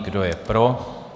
Kdo je pro?